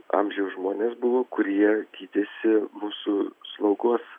amžiaus žmonės buvo kurie gydėsi mūsų slaugos